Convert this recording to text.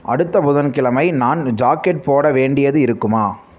அடுத்த புதன்கிழமை நான் ஜாக்கெட் போட வேண்டியது இருக்குமா